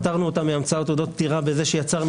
פטרנו אותם מהמצאת תעודות פטירה בזה שיצרנו